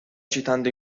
citando